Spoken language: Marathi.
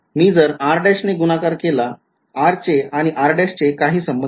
मी जर r ने गुणाकार केला r चे आणि r चे काही संबंध नाही